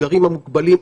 בסגרים המוגבלים.